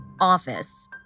office